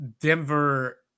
Denver